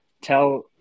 tell